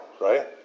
right